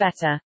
better